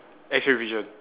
X-ray vision